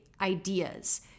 ideas